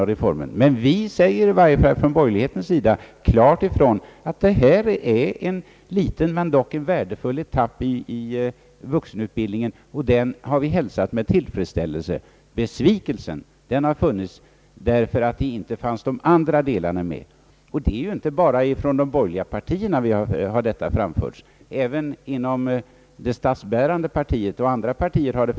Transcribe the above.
Men från borgerlighetens sida säger vi i varje fall klart ifrån, att vad här föreslås är en liten men värdefull etapp i vuxenutbildningen, som vi hälsat med tillfredsställelse. Besvikelsen har uppkommit över att de andra delarna inte finns med, och denna besvikelse kommer inte bara från de borgerliga partierna. Den har framförts även från det statsbärande partiet och från annat håll.